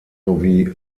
sowie